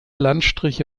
landstriche